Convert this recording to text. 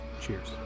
Cheers